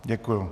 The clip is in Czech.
Děkuju.